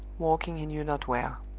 walking he knew not where.